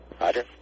Roger